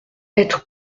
être